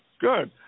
good